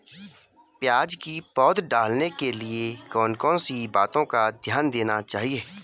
प्याज़ की पौध डालने के लिए कौन कौन सी बातों का ध्यान देना चाहिए?